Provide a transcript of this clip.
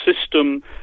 system